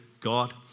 God